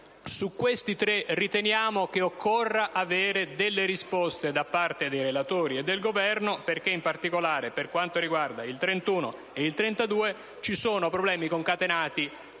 su questi tre riteniamo che occorra avere delle risposte da parte dei relatori e del Governo, perché in particolare per quanto riguarda i commi 31 e 32 ci sono problemi concatenati